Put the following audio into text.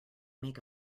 make